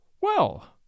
Well